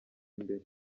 imbere